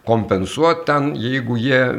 kompensuot ten jeigu jie